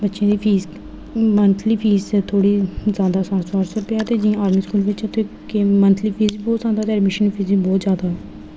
बच्चें दी fees monthly fees थोह्ड़ी जैदा चार चार सौ रपेआ ते आर्मी स्कूल बिच्च कोई मंथली फीस बी बहुत जैदा ते एडमिशन फीस बी बहोत जैदा ऐ